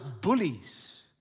bullies